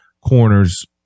corners